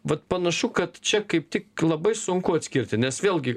vat panašu kad čia kaip tik labai sunku atskirti nes vėlgi